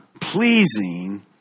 pleasing